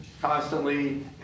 constantly